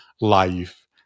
life